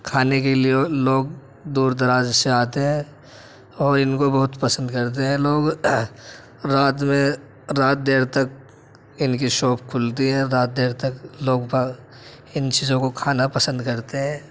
کھانے کے لئے لوگ دور دراز سے آتے ہیں اور ان کو بہت پسند کرتے ہیں لوگ رات میں رات دیر تک ان کی شاپ کھلتی ہے رات دیر تک لوگ باگ ان چیزوں کو کھانا پسند کرتے ہیں